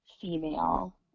female